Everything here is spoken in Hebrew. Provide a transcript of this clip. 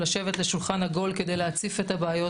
לשבת לשולחן עגול כדי להציף את הבעיות